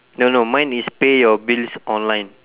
no no mine is pay your bills online